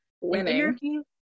Winning